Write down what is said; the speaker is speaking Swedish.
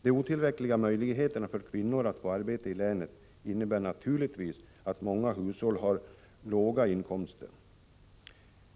De otillräckliga möjligheterna för kvinnor att få arbete i länet innebär naturligtvis att många hushåll har små inkomster.